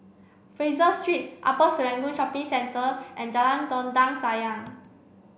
Fraser Street Upper Serangoon Shopping Centre and Jalan Dondang Sayang